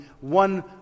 one